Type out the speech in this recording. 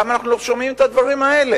למה אנחנו לא שומעים את הדברים האלה?